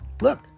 Look